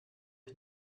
ich